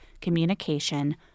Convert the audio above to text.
communication